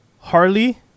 Harley